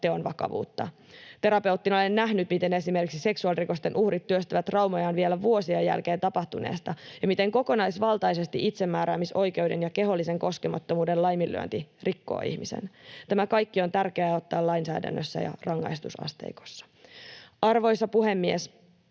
teon vakavuutta. Terapeuttina olen nähnyt, miten esimerkiksi seksuaalirikosten uhrit työstävät traumojaan vielä vuosien jälkeen tapahtuneesta, ja miten kokonaisvaltaisesti itsemääräämisoikeuden ja kehollisen koskemattomuuden laiminlyönti rikkoo ihmisen. Tämä kaikki on tärkeää ottaa huomioon lainsäädännössä ja rangaistusasteikossa. Arvoisa puhemies!